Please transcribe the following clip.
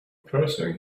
pursuing